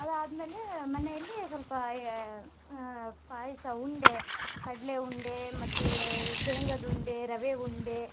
ಅದಾದ ಮೇಲೆ ಮನೆಯಲ್ಲಿ ಸ್ವಲ್ಪ ಪಾಯಸ ಉಂಡೆ ಕಡಲೆ ಉಂಡೆ ಮತ್ತು ಶೇಂಗದ ಉಂಡೆ ರವೆ ಉಂಡೆ